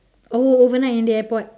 oh overnight in the airport